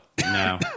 No